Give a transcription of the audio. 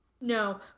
No